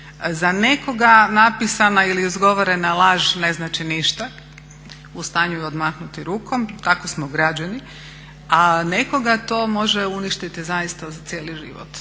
Za nekoga napisana ili izgovorena laž ne znači ništa, u stanju je odmahnuti rukom. Tako smo građeni, a nekoga to može uništiti zaista za cijeli život,